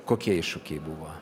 kokie iššūkiai buvo